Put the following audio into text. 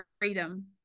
freedom